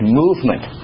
movement